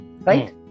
Right